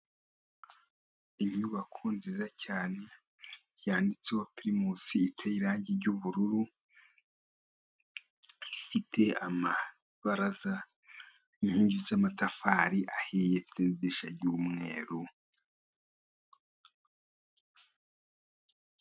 Inyubako nziza cyane yanditseho pirimusi. Iteye irangi ry'ubururu. Ifite amabaraza, inkingi z'amatafari ahiye. Ifite n'idirisha ry'umweru.